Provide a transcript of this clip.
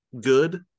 good